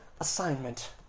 assignment